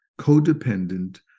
codependent